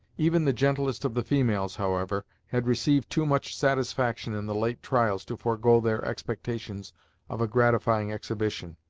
even the gentlest of the females, however, had received too much satisfaction in the late trials to forego their expectations of a gratifying exhibition,